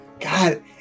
God